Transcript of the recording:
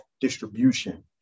distribution